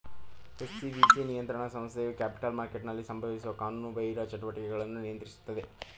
SCBC ನಿಯಂತ್ರಣ ಸಂಸ್ಥೆಯು capital ಮಾರ್ಕೆಟ್ನಲ್ಲಿ ಸಂಭವಿಸುವ ಕಾನೂನುಬಾಹಿರ ಚಟುವಟಿಕೆಗಳನ್ನು ನಿಯಂತ್ರಿಸುತ್ತದೆ